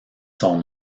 son